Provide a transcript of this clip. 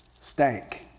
stank